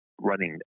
running